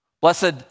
Blessed